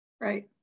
Right